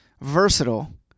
versatile